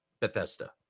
Bethesda